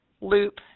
loop